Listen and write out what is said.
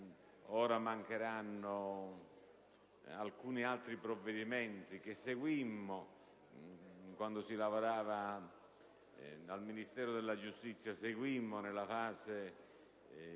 ora mancheranno alcuni altri provvedimenti che seguimmo, quando si lavorava al Ministero della giustizia, nella fase